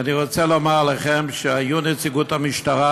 כי אני רוצה לומר לכם שהיו נציגות המשטרה,